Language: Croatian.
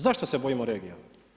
Zašto se bojimo regija?